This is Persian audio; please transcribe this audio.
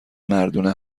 مردونه